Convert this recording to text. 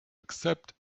accept